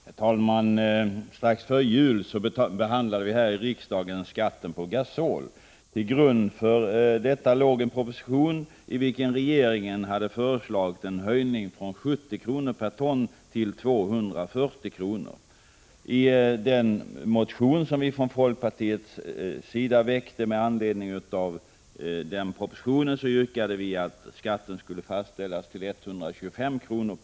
Herr talman! Strax före jul behandlade vi här i riksdagen frågan om skatten på gasol. Till grund härför låg en proposition i vilken regeringen hade föreslagit en höjning från 70 kr. per ton till 240 kr. per ton. I den motion som vi i folkpartiet väckte med anledning av propositionen yrkade vi att skatten skulle fastställas till 125 kr.